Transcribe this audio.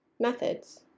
Methods